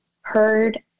heard